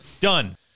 Done